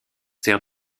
sert